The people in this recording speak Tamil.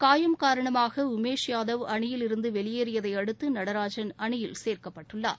காயம் காரணமாக உமேஷ் யாதவ் அணியிலிருந்து வெளியேறியதை அடுத்து நடராஜன் அணியில் சேர்க்கப்பட்டுள்ளார்